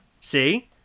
See